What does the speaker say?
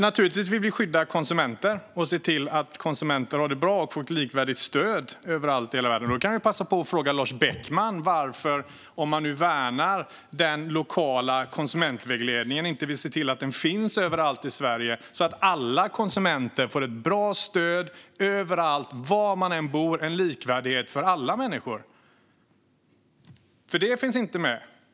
Naturligtvis vill vi skydda konsumenter och se till att konsumenter har det bra och får ett likvärdigt stöd överallt i hela världen. Då kan jag passa på att ställa en fråga till Lars Beckman. Om Lars Beckman värnar den lokala konsumentvägledningen, varför vill han inte se till att vägledningen finns överallt i Sverige så att alla konsumenter får ett bra stöd var de än bor - likvärdigt för alla människor? Det finns inte med.